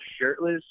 shirtless